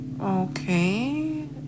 Okay